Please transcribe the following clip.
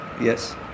Yes